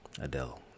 adele